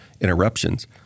interruptions